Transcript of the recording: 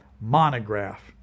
monograph